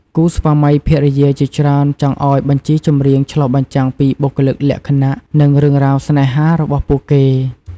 គូស្វាមីភរិយាជាច្រើនចង់ឱ្យបញ្ជីចម្រៀងឆ្លុះបញ្ចាំងពីបុគ្គលិកលក្ខណៈ និងរឿងរ៉ាវស្នេហារបស់ពួកគេ។